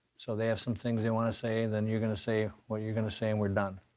so they have some things they wanna say. then you're gonna say what you're gonna say, and we're done.